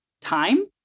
time